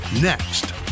next